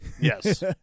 Yes